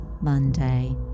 Monday